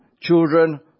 children